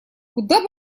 куда